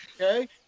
Okay